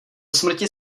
smrti